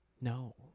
No